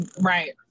Right